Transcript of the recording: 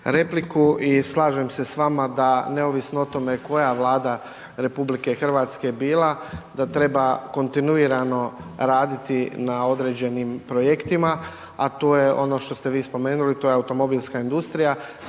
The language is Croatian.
repliku i slažem se s vama da neovisno o tome koja je Vlada RH bila da treba kontinuirano raditi na određenim projektima a to je ono što ste vi spomenuli, to je automobilska industrija.